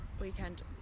weekend